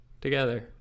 Together